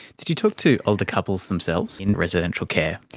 did you talk to older couples themselves in residential care?